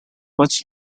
much